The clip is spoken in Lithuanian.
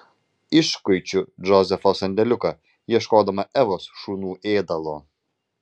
iškuičiu džozefo sandėliuką ieškodama evos šunų ėdalo